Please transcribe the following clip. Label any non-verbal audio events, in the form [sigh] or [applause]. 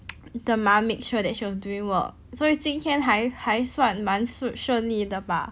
[noise] the mom make sure that she was doing work 所以今天还还算蛮顺顺利的 bah